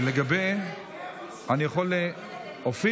לגבי נושא א' כן או לא?